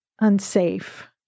unsafe